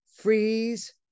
freeze